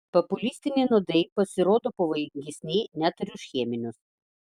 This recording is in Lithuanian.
populistiniai nuodai pasirodo pavojingesni net ir už cheminius